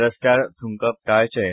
रस्त्यार थूंकप टाळचें